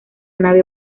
nave